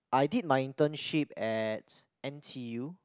I did my internship at N_T_U